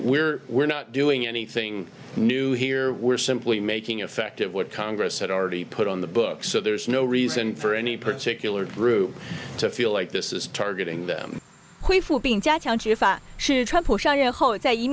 we're we're not doing anything new here we're simply making effective what congress had already put on the books so there's no reason for any particular group to feel like this is targeting them